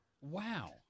Wow